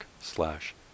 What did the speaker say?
slash